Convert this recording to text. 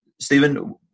Stephen